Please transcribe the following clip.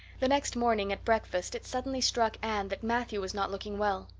the next morning at breakfast it suddenly struck anne that matthew was not looking well.